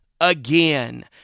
again